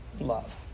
love